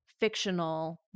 fictional